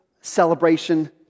celebration